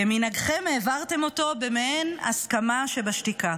כמנהגכם, העברתם אותו במעין הסכמה שבשתיקה.